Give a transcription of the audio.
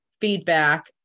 feedback